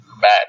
bad